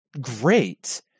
great